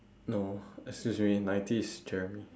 no excuse me ninety is jeremy